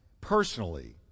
personally